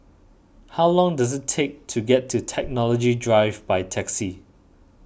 how long does it take to get to Technology Drive by taxi